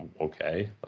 okay